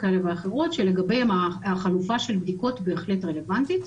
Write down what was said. כאלה ואחרות שלגביהם החלופה של בדיקות בהחלט רלוונטית.